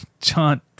John